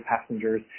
passengers